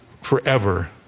forever